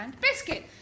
Biscuit